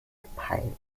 gepeilt